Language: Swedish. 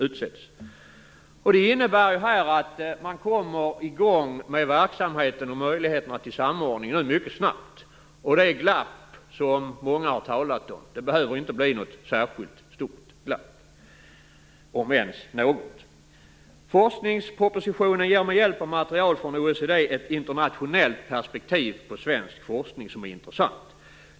Det här innebär att man kommer i gång med verksamheten och möjligheterna till samordning mycket snabbt. Det glapp som många har talat om behöver inte bli särskilt stort, om ens något. Forskningspropositionen ger med hjälp av material från OECD ett internationellt perspektiv på svensk forskning som är intressant.